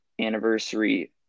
anniversary